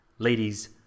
Ladies